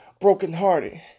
brokenhearted